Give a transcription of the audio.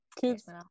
Kids